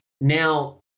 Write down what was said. Now